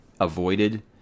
avoided